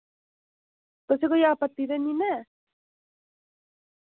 तुसें कोई आपत्ति ते निं ना ऐ